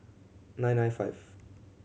nine nine five